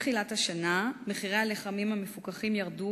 מתחילת השנה מחירי הלחמים המפוקחים ירדו